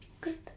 good